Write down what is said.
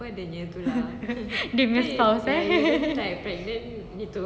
ah menopause ya